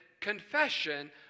confession